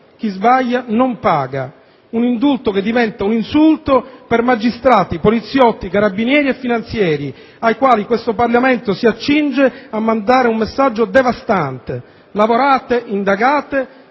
chi sbaglia non paga. Un indulto che diventa un insulto per magistrati, poliziotti, carabinieri e finanzieri, ai quali questo Parlamento si accinge a mandare un messaggio devastante: lavorate, indagate,